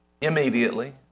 immediately